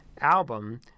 album